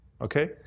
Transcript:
Okay